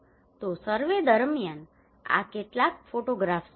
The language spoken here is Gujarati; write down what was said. તો સર્વે દરમિયાન આ કેટલાક ફોટોગ્રાફ્સ છે